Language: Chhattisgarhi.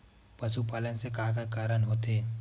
पशुपालन से का का कारण होथे?